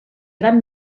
gran